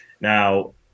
Now